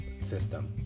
system